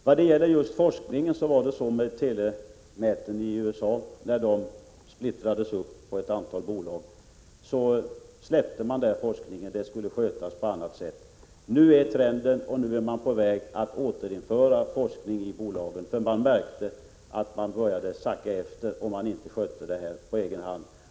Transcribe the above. Vad gäller just forskningen var det så, att när telenäten i USA splittrades upp på ett antal bolag släppte de forskningen, som skulle skötas på annat sätt. Nu är trenden den att bolagen är på väg att återinföra forskningen, då de märkte att de började sakta efter när de inte skötte forskningen på egen hand.